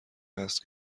هست